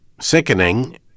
sickening